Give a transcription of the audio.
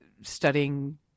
studying